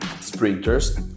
sprinters